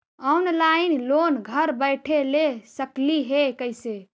Online loan घर बैठे ले सकली हे, कैसे?